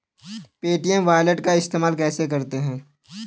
Paytm wallet का इस्तेमाल कैसे करते हैं?